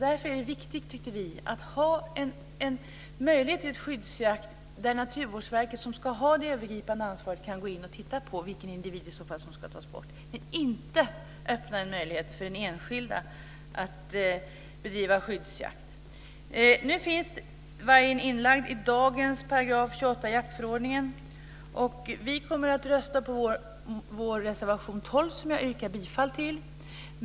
Därför tycker vi också att det är viktigt att man har möjlighet till en skyddsjakt där Naturvårdsverket, som ska ha det övergripande ansvaret, kan gå in och titta på vilken individ som i så fall ska tas bort. Vi vill inte öppna en möjlighet för den enskilde att bedriva skyddsjakt. Vargen finns inlagd i dagens 28 § i jaktförordningen. Vi kommer att rösta på vår reservation 12, som jag yrkar bifall till.